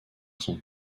son